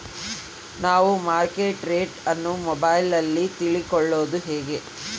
ನಾವು market rate ಅನ್ನು ಮೊಬೈಲಲ್ಲಿ ತಿಳ್ಕಳೋದು ಹೇಗೆ?